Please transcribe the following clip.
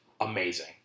amazing